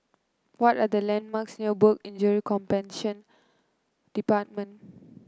what are the landmarks near Work Injury Compensation Department